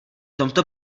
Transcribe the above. tomto